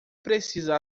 precisa